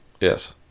Yes